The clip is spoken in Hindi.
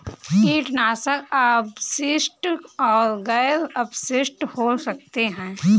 कीटनाशक अवशिष्ट और गैर अवशिष्ट हो सकते हैं